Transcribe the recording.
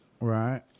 Right